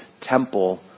temple